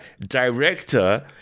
director